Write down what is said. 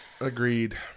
Agreed